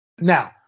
Now